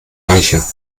reicher